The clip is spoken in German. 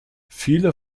viele